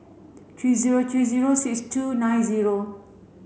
three zero three zero six two nine zero